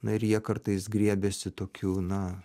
na ir jie kartais griebiasi tokių na